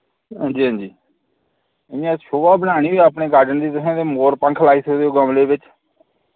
हां जी हां जी इ'यां शोभा बधानी होये अपने गार्डन दी तुसें ते मोर पंख लाई सकदे ओ गमले विच